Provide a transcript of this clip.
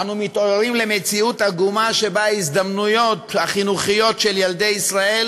אנו מתעוררים למציאות עגומה שבה ההזדמנויות החינוכיות של ילדי ישראל